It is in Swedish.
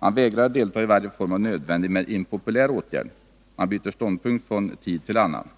Man vägrar delta i varje form av nödvändig men impopulär åtgärd. Man byter ståndpunkt från tid till annan.